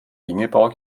ingeborg